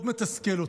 מאוד מתסכל אותי.